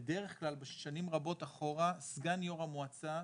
בדרך כלל, שנים רבות אחורה, סגן יו"ר המועצה,